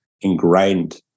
ingrained